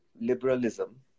liberalism